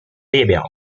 列表